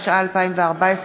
התשע"ה 2014,